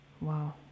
Wow